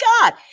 God